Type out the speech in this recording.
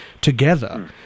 together